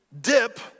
dip